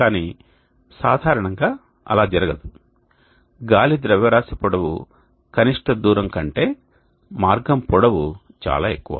కానీ సాధారణంగా అలా జరగదు గాలి ద్రవ్యరాశి పొడవు కనిష్ట దూరం కంటే మార్గం పొడవు చాలా ఎక్కువ